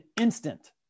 instant